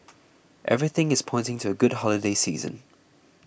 everything is pointing to a good holiday season